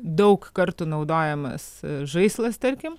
daug kartų naudojamas žaislas tarkim